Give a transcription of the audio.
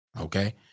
Okay